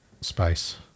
space